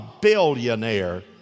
billionaire